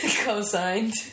Co-signed